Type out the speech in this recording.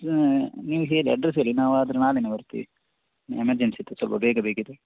ಹಾಂ ನೀವು ಹೇಳಿ ಅಡ್ರಸ್ ಹೇಳಿ ನಾವು ಆದರೆ ನಾಳೆನೇ ಬರ್ತೀವಿ ಎಮರ್ಜೆನ್ಸಿ ಇತ್ತು ಸ್ವಲ್ಪ ಬೇಗ ಬೇಕಿತ್ತು